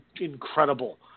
incredible